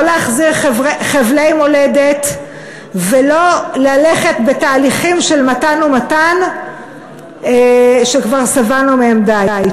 לא להחזיר חבלי מולדת ולא ללכת בתהליכים של מתן ומתן שכבר שבענו מהם די.